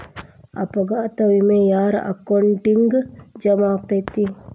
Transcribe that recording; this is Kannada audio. ಅಪಘಾತ ವಿಮೆ ಯಾರ್ ಅಕೌಂಟಿಗ್ ಜಮಾ ಆಕ್ಕತೇ?